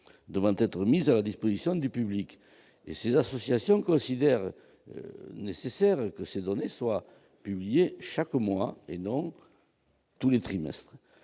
devant être mises à la disposition du public. Ces associations considèrent qu'il serait nécessaire que ces données soient actualisées chaque mois, et non tous les semestres.